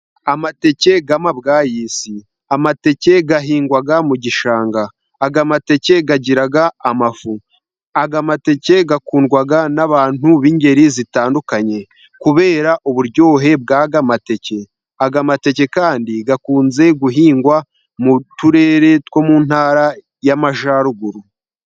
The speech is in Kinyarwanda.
Amateke y'amabwayisi, amateke ahingwa mu gishanga, aya mateke agira amafu, aya mateke akundwa n'abantu b'ingeri zitandukanye kubera uburyohe bw'aya mateke, aya mateke kandi akunze guhingwa mu turere two mu Ntara y'Amajyaruguru.